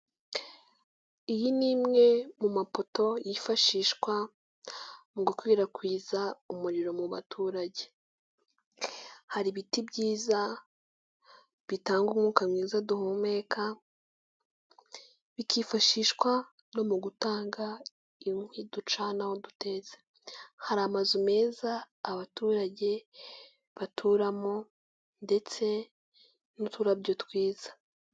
Iyi ni imwe mu mapoto yifashishwa mu gukwirakwiza umuriro mu baturage. Hari ibiti byiza, bitanga umwuka mwiza duhumeka, bikifashishwa no mu gutanga inkwi ducanaho dutetse, hari amazu meza abaturage baturamo ndetse n'uturabyo twiza.